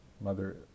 Mother